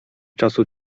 czasu